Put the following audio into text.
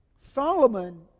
Solomon